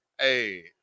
Hey